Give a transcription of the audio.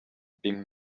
been